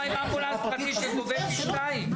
------ גובה פי שניים.